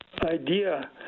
idea